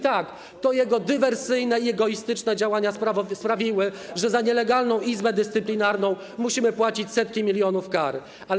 Tak, to jego dywersyjne i egoistyczne działania sprawiły, że za nielegalną Izbę Dyscyplinarną musimy płacić setki milionów złotych kary.